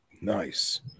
Nice